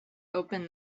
open